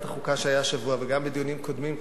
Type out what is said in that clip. חוקה שהיה השבוע וגם בדיונים קודמים,